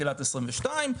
תחילת 2022,